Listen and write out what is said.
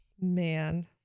Man